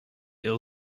ill